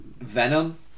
Venom